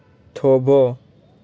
થોભો